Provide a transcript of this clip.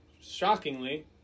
shockingly